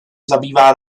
zabývá